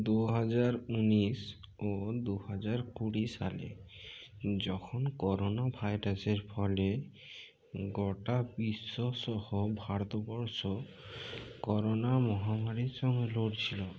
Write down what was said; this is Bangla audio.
দু হাজার উনিশ ও দু হাজার কুড়ি সালে যখন করোনা ভাইরাসের ফলে গোটা বিশ্বসহ ভারতবর্ষ করোনা মহামারীর সঙ্গে লড়ছিল